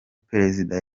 perezida